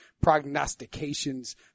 prognostications